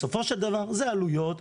בסופו של דבר זה עלויות.